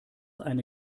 eine